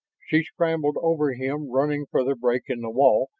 she scrambled over him, running for the break in the wall,